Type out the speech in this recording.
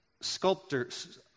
sculptors